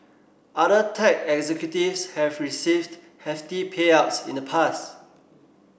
other tech executives have received hefty payouts in the past